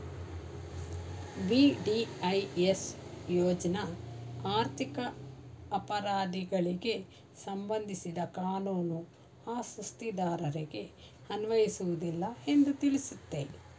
VDIS ಯೋಜ್ನ ಆರ್ಥಿಕ ಅಪರಾಧಿಗಳಿಗೆ ಸಂಬಂಧಿಸಿದ ಕಾನೂನು ಆ ಸುಸ್ತಿದಾರರಿಗೆ ಅನ್ವಯಿಸುವುದಿಲ್ಲ ಎಂದು ತಿಳಿಸುತ್ತೆ